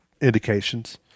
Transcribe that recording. indications